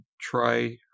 try